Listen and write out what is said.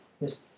Yes